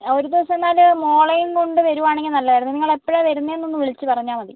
ഒരു ദിവസം എന്നാല് മകളെയും കൊണ്ട് വരികയാണെങ്കിൽ നല്ലതായിരുന്നു നിങ്ങളെപ്പഴാണ് വരുന്നതെന്ന് വിളിച്ചു പറഞ്ഞാൽ മതി